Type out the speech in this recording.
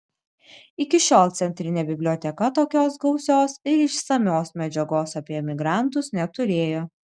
iki šiol centrinė biblioteka tokios gausios ir išsamios medžiagos apie emigrantus neturėjo